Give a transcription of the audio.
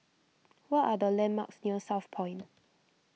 what are the landmarks near Southpoint